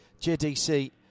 JDC